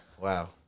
Wow